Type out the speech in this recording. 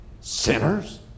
Sinners